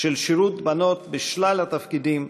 של שירות בנות בשלל תפקידים,